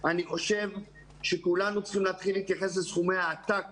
אני חושב שכולנו צריכים להתייחס לסכומי העתק